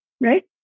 Right